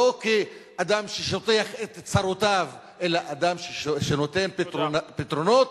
כאדם ששוטח את צרותיו אלא כאדם שנותן פתרונות